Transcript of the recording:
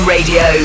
Radio